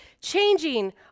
changing